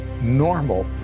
normal